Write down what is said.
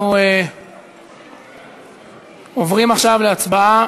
אנחנו עוברים עכשיו להצבעה